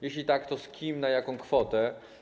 Jeśli tak, to z kim i na jaką kwotę?